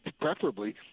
preferably